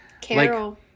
Carol